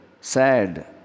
sad